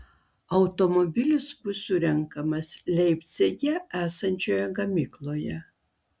automobilis bus surenkamas leipcige esančioje gamykloje